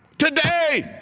today.